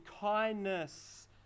kindness